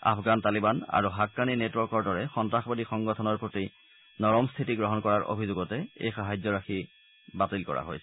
আফগান তালিবান আৰু হাক্কানি নেটৱৰ্কৰ দৰে সন্ত্ৰাসবাদী সংগঠনৰ প্ৰতি নৰম স্থিতি গ্ৰহণ কৰাৰ অভিযোগতে এই সহায্য ৰাখি বাতিল কৰা হৈছিল